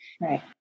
Right